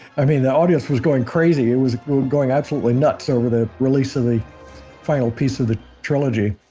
i mean, the audience was going crazy, it was going absolutely nuts over the release of the final piece of the trilogy.